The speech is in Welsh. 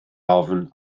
ofn